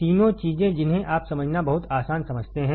तीनों चीजें जिन्हें आप समझना बहुत आसान समझते हैं